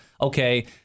okay